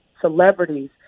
celebrities